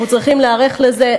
אנחנו צריך להיערך לזה.